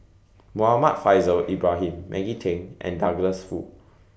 Muhammad Faishal Ibrahim Maggie Teng and Douglas Foo